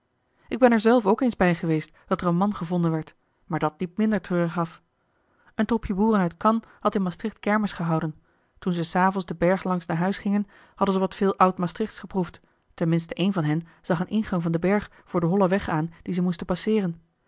ik ben er zelf ook eens bij geweest dat er een man gevonden werd maar dat liep minder treurig af een troepje boeren uit canne had in maastricht kermis gehouden toen ze s avonds den berg langs naar huis gingen hadden ze wat veel oud maastrichtsch geproefd ten minste een van hen zag een ingang van den berg voor den hollen weg aan dien ze moesten passeeren